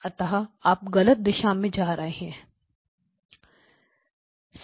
अतः आप गलत दिशा में जा रहे हैं